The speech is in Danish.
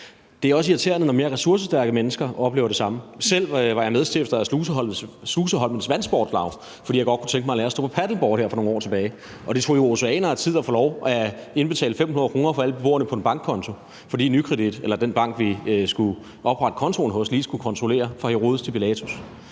Det er også irriterende, når mere ressourcestærke mennesker oplever det samme. Selv var jeg medstifter af Sluseholmens vandsportslaug, fordi jeg godt kunne tænke mig at lære at stå på paddleboard her for nogle år tilbage, og det tog jo oceaner af tid at få lov at indbetale 500 kr. for alle beboerne på en bankkonto, fordi Nykredit eller den bank, vi skulle oprette kontoen hos, lige skulle kontrollere fra Herodes til Pilatus.